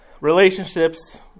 relationships